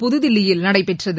புதுதில்லியில் நடைபெற்றது